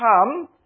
come